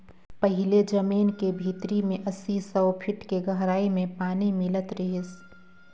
पहिले जमीन के भीतरी में अस्सी, सौ फीट के गहराई में पानी मिलत रिहिस